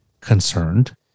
concerned